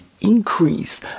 increase